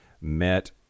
met